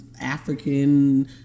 African